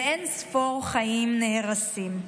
ואין-ספור חיים נהרסים.